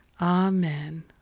Amen